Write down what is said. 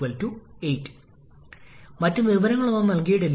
83 ഉണ്ട് മറ്റ് മൂല്യങ്ങളും നൽകിയിരിക്കുന്നു